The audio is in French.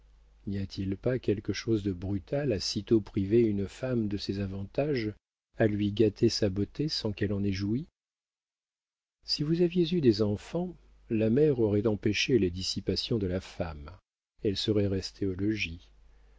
n'y a-t-il pas quelque chose de brutal à sitôt priver une femme de ses avantages à lui gâter sa beauté sans qu'elle en ait joui si vous aviez eu des enfants la mère aurait empêché les dissipations de la femme elle serait restée au logis